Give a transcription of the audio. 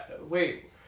Wait